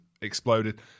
exploded